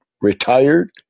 retired